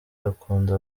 akunda